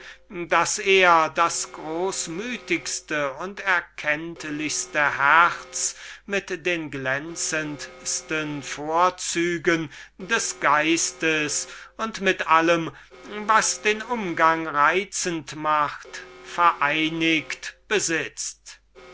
daß er das großmütigste und erkenntlichste herz mit den glänzendesten vorzügen des geistes mit allem was den umgang reizend macht vereinigt besitzt